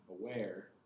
aware